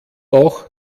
auch